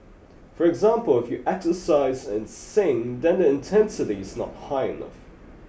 for example if you exercise and sing then the intensity is not high enough